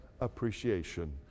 appreciation